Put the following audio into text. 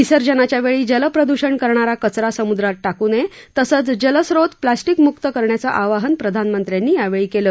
विसर्जनाच्या वेळी जलप्रद्वषण करणारा कचरा समुद्रात टाकू नये तसंच जलस्रोत प्लॅस्टिक मुक्त करण्याचं आवाहन प्रधानमंत्र्यांनी यावेळी केलं